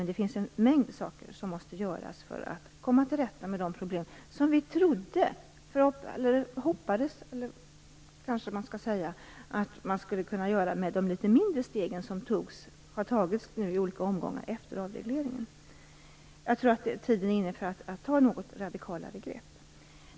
Men det finns en mängd saker som måste göras för att det skall gå att komma till rätta med problemen, vilket vi hoppades skulle vara möjligt med de litet mindre steg som tagits i olika omgångar efter avregleringen. Jag tror att tiden är inne för att ta något radikalare grepp.